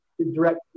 direct